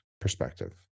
perspective